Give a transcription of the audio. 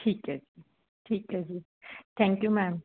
ਠੀਕ ਐੈ ਜੀ ਠੀਕ ਹੈ ਜੀ ਥੈਂਕ ਯੂ ਮੈਮ